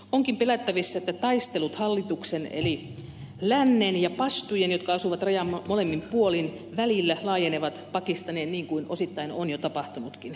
onkin pelättävissä että taistelut hallituksen eli lännen ja pastujen jotka asuvat rajan molemmin puolin välillä laajenevat pakistaniin niin kuin osittain on jo tapahtunutkin